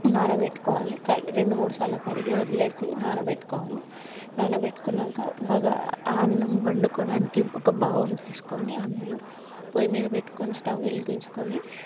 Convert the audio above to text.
నానబెట్టుకోవాలి రెండు మూడుసార్లు కడిగి వదిలేసి నానబెట్టుకోవాలి నానబెట్టుకున్నంక బాగా ఆ అన్నం వండుకోడానికి ఒక బౌల్ తీసుకొని అందులో పోయి మీద పెట్టుకొని స్టవ్ వెలిగించుకొని